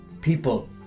People